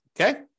Okay